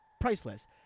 priceless